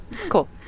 cool